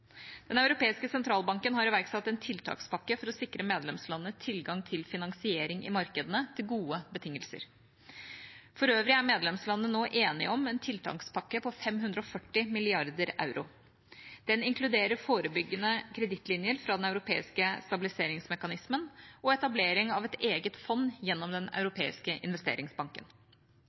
Den europeiske sentralbanken har iverksatt en tiltakspakke for å sikre medlemslandene tilgang til finansiering i markedene til gode betingelser. For øvrig er medlemslandene nå enige om en tiltakspakke på 540 mrd. euro. Den inkluderer forebyggende kredittlinjer fra Den europeiske stabiliseringsmekanismen og etablering av et eget fond gjennom Den europeiske investeringsbanken.